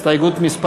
הסתייגות מס'